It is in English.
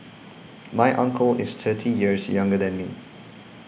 my uncle is thirty years younger than me